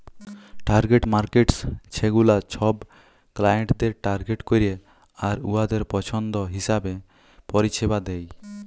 target markets ছেগুলা ছব ক্লায়েন্টদের টার্গেট ক্যরে আর উয়াদের পছল্দ হিঁছাবে পরিছেবা দেয়